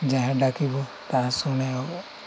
ଯାହା ଡାକିବ ତାହା ଶୁଣେ